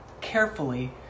carefully